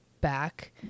back